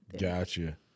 Gotcha